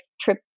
trip